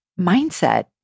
mindset